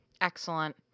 Excellent